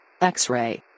X-ray